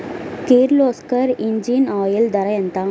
Kirloskar engine oil ధర ఎంత?